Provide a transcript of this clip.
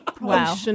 Wow